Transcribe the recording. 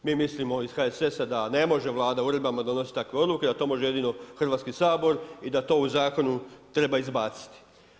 Mi mislimo iz HSS-a da ne može Vlada uredbama donositi takve odluke, da to može jedino Hrvatski sabor i da to u zakonu treba izbaciti.